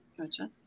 Gotcha